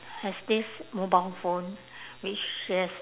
has this mobile phone which she has